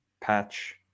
patch